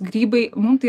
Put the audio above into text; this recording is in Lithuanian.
grybai mums tai